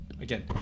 again